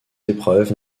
épreuves